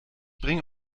bringe